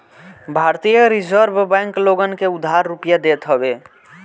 भारतीय reserve bank लोगन के उधार रुपिया देत हवे